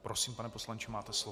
Prosím, pane poslanče, máte slovo.